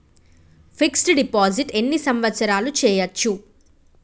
Fix డ్ deposit ఎన్ని సంవత్సరాలు చేయచ్చు?